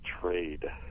trade